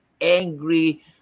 angry